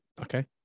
Okay